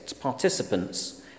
participants